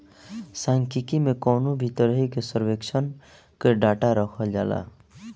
सांख्यिकी में कवनो भी तरही के सर्वेक्षण कअ डाटा रखल जाला